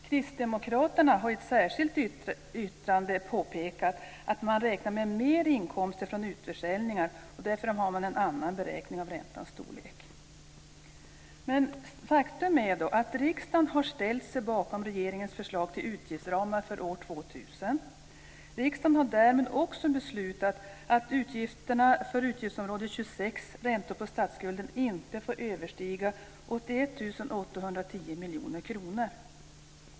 Kristdemokraterna har i ett särskilt yttrande påpekat att man räknar med mer inkomster från utförsäljningar, och därför har man en annan beräkning av räntans storlek. Men faktum är att riksdagen har ställt sig bakom regeringens förslag till utgiftsramar för år 2000. Riksdagen har därmed också beslutat att utgifterna för utgiftsområde 26 Räntor på statsskulden inte får överstiga 81 810 miljoner kronor.